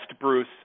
Bruce